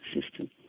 system